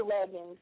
Leggings